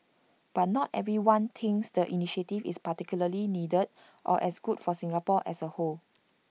but not everyone thinks the initiative is particularly needed or as good for Singapore as A whole